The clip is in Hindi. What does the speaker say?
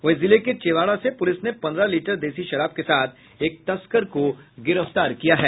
वहीं जिले के चेवारा से पुलिस ने पन्द्रह लीटर देसी शराब के साथ एक तस्कर को गिरफ्तार किया है